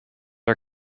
are